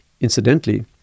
incidentally